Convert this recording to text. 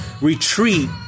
retreat